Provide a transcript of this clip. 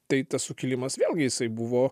tai tas sukilimas vėlgi jisai buvo